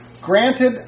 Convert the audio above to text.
granted